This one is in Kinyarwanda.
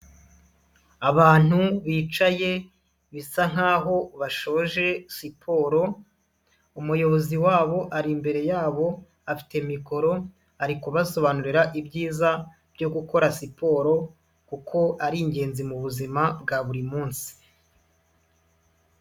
Abantu bicaye bisa nkaho bashoje siporo, umuyobozi wabo ari imbere yabo, afite mikoro, ari kubasobanurira ibyiza byo gukora siporo, kuko ari ingenzi mu buzima bwa buri munsi.